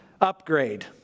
upgrade